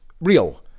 real